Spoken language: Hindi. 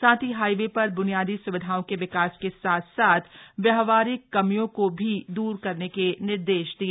साथ ही हाईवे शर ब्नियादी सुविधाओं के विकास के साथ साथ व्यावहारिक कमियों को भी द्र करने के निर्देश दिए